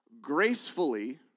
gracefully